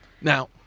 now